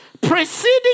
preceding